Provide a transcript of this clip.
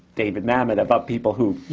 david mamet, about people who, you